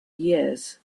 years